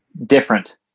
Different